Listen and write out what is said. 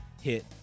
hit